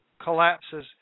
collapses